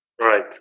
Right